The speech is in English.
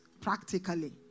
practically